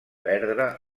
perdre